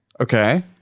Okay